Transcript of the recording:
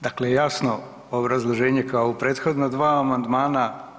Dakle, jasno obrazloženje kao u prethodna 2 amandman.